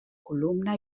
columna